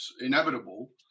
inevitable